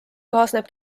kaasneb